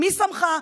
מי שמך?